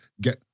get